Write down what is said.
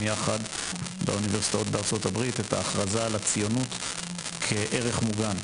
ביחד באוניברסיטאות בארה"ב את ההכרזה על הציונות כערך מוגן.